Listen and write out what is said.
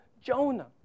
Jonah